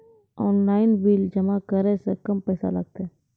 Online bill जमा करै से कम पैसा लागतै?